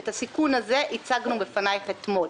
את הסיכון הזה הצגנו בפניך אתמול.